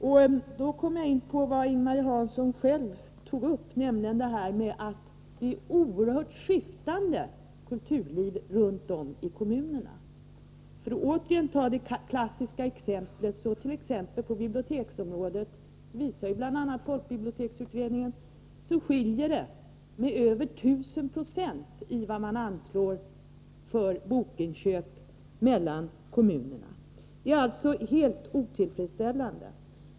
Därmed kommer jag in på vad Ing-Marie Hansson själv tog upp, nämligen att det är ett oerhört skiftande kulturliv runt om i kommunerna. För att åter ge ett klassiskt exempel kan jag nämna biblioteksområdet. Folkbiblioteksutredningen visar att det är en skillnad på över 1 000 26 mellan vad kommunerna anslår för bokinköp. Det är helt otillfredsställande.